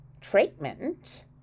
treatment